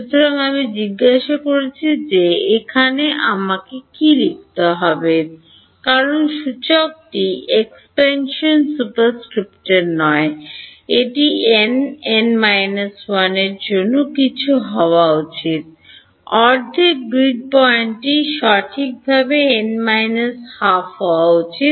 সুতরাং আমি জিজ্ঞাসা করছি যে এখানে আমার কী লিখতে হবে কারণ সূচকটি এক্সপেনশন সুপারস্প্রিপ্টের নয় এটি এন এন 1 বা অন্য কিছু হওয়া উচিত অর্ধেক গ্রিড পয়েন্টটি সঠিকভাবে n 1 2 হওয়া উচিত